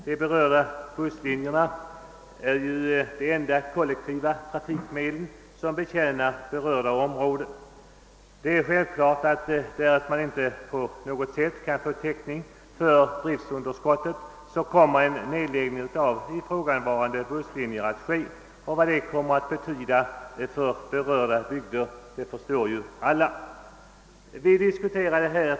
De aktuella busslinjerna är ju de enda kollektiva trafikmedel som betjänar ifrågavarande områden, och om det inte går att på något sätt få täckning för driftunderskottet läggs busslinjerna ned. Vad det kommer att betyda för berörda bygder förstår alla.